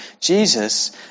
Jesus